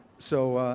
so,